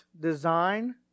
design